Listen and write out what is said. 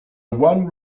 one